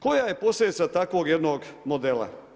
Koja je posljedica takvog jednog modela?